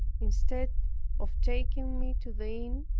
instead of taking me to the inn,